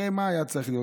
הרי מה היה צריך להיות?